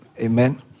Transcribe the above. Amen